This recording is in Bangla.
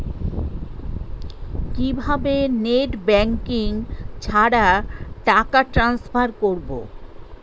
কিভাবে নেট ব্যাংকিং ছাড়া টাকা টান্সফার করব?